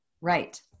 Right